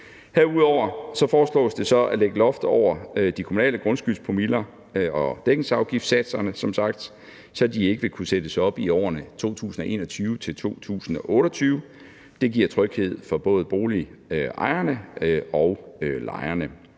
Derudover foreslås det så at lægge loft over de kommunale grundskyldspromiller og dækningsafgiftssatserne, så de ikke vil kunne sættes op i årene 2021-2028. Det giver tryghed for både boligejerne og lejerne.